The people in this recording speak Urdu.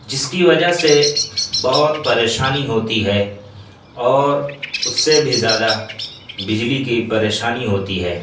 جس کی وجہ سے بہت پریشانی ہوتی ہے اور اس سے بھی زیادہ بجلی کی پریشانی ہوتی ہے